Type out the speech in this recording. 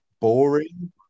boring